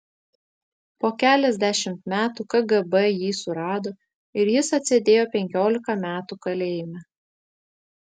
po keliasdešimt metų kgb jį surado ir jis atsėdėjo penkiolika metų kalėjime